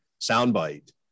soundbite